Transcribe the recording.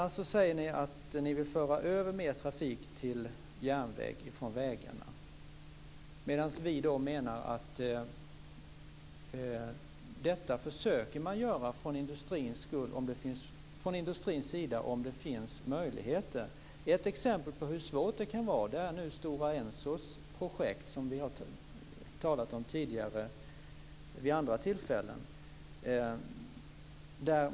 Ni säger vidare att ni vill föra över mer trafik från vägarna till järnväg, medan vi menar att man från industrins sida försöker göra detta om det finns möjligheter. Ett exempel på hur svårt det kan vara är Stora Ensos projekt, som vi har talat om vid tidigare tillfällen.